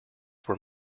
were